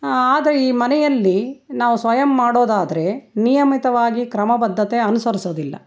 ಆದರೆ ಈ ಮನೆಯಲ್ಲಿ ನಾವು ಸ್ವಯಂ ಮಾಡೋದಾದರೆ ನಿಯಮಿತವಾಗಿ ಕ್ರಮಬದ್ಧತೆ ಅನುಸರಿಸೋದಿಲ್ಲ